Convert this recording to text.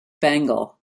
bengal